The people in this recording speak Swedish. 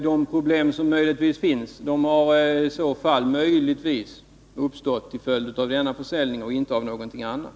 De problem som möjligtvis finns har i så fall uppstått genom denna försäljning och inte genom någonting annat.